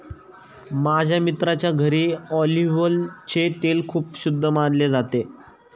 माझ्या मित्राच्या घरी ऑलिव्हचे तेल खूप शुद्ध मानले जाते